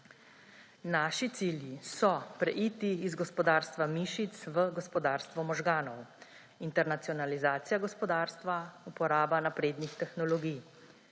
Naši cilji so preiti iz gospodarstva mišic v gospodarstvo možganov, internacionalizacija gospodarstva, uporaba naprednih tehnologij